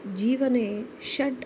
जीवने षट्